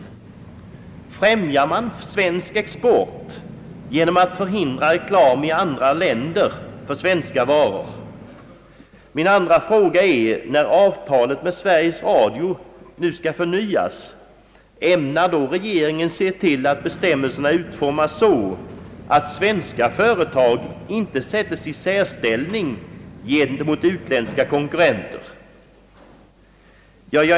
Jag frågar därför: Främjar man svensk export genom att förhindra reklam i andra länder för svenska varor? Min andra fråga är: Ämnar regeringen, när avtalet med Sveriges Radio skall förnyas, se till att bestämmelserna utformas så, att Svenska företag inte sättes i särställning gentemot utländska konkurrenter?